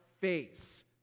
face